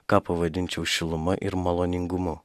ką pavadinčiau šiluma ir maloningumu